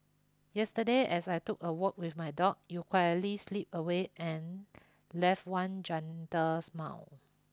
yesterday as I took a walk with my dog you quietly slipped away and left one gentle smile